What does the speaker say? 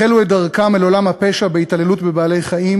החלו את דרכם אל עולם הפשע בהתעללות בבעלי-חיים,